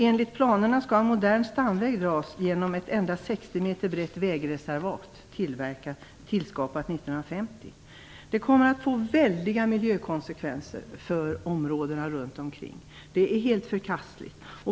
Enligt planerna skall en modern stamväg dras genom ett endast 60 m brett vägreservat, tillskapat 1950. Det kommer att få väldiga miljökonsekvenser för områdena runt omkring. Det är helt förkastligt.